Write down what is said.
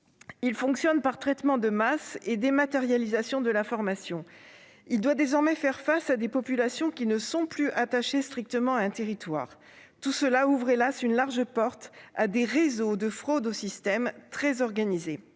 Il fonctionne par traitements de masses et dématérialisation de l'information. Il doit désormais faire face à des populations qui ne sont plus attachées strictement à un territoire. Tout cela ouvre, hélas, une large porte à des réseaux de fraude, aux systèmes très organisés.